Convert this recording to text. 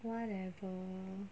whatever